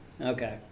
Okay